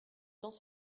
temps